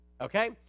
Okay